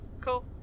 cool